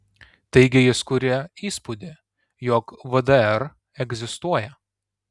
taigi jis kuria įspūdį jog vdr egzistuoja